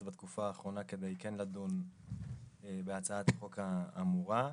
בתקופה האחרונה כדי כן לדון בהצעת החוק האמורה.